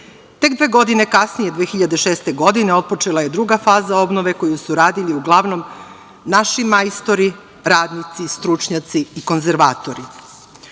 dve godine kasnije, 2006. godine otpočela je druga faza obnove koju su radili uglavnom naši majstori, radnici, stručnjaci i konzervatori. Ono